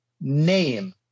name